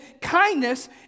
kindness